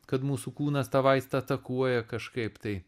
kad mūsų kūnas tą vaistą atakuoja kažkaip tai